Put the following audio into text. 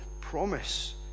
promise